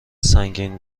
سنگین